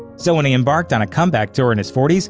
so when he embarked on a comeback tour in his forty s,